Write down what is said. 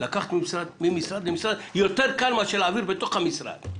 לקחת ממשרד למשרד יותר קל מאשר להעביר בתוך המשרד.